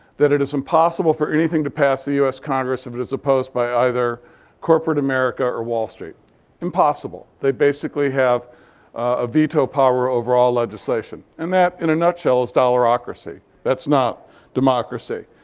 that it is impossible for anything to pass the us congress if it is opposed by either corporate america or wall street impossible. they basically have ah veto power over all legislation. and that, in a nutshell, is dollarocracy. that's not democracy.